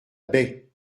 baie